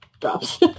drops